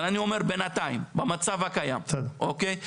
אבל אני אומר בנתיים, במצב הקיים, אוקיי?